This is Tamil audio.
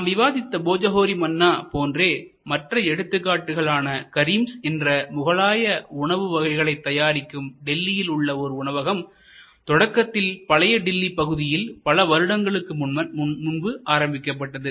நாம் விவாதித்த போஜோஹோரி மன்னா போன்றே மற்ற எடுத்துக்காட்டுகள் ஆன கரீம்ஸ் karim's என்ற முகலாய உணவு வகைகளை தயாரிக்கும் டெல்லியில் உள்ள ஒரு உணவகம் தொடக்கத்தில் பழைய டில்லி பகுதியில் பல வருடங்களுக்கு முன் ஆரம்பிக்கப்பட்டது